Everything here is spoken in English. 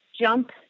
jump